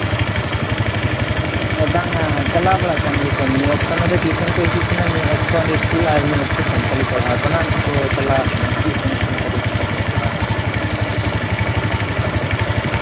ᱵᱟᱝᱟ ᱪᱟᱞᱟᱣ ᱵᱟᱲᱟᱜ ᱠᱟᱱ ᱜᱮᱭᱟ ᱠᱚ ᱢᱤᱫ ᱚᱠᱛᱚ ᱱᱚᱸᱰᱮ ᱴᱤᱭᱩᱥᱚᱱ ᱠᱚ ᱦᱤᱡᱩᱜ ᱠᱟᱱᱟ ᱢᱤᱫ ᱚᱠᱛᱚ ᱚᱸᱰᱮ ᱤᱥᱠᱩᱞ ᱚᱨ ᱢᱤᱫ ᱚᱠᱛᱚ ᱥᱟᱱᱛᱟᱞᱤ ᱯᱟᱲᱦᱟᱣ ᱵᱟᱱᱟᱨ ᱜᱮᱠᱚ ᱪᱟᱞᱟᱜ ᱠᱟᱱᱟ ᱦᱤᱡᱩᱜ ᱥᱮᱱᱚᱜ ᱠᱟᱱᱟ ᱠᱚ ᱡᱚᱛᱚ ᱜᱮᱠᱚ ᱠᱚᱨᱟᱣᱮᱜᱼᱟ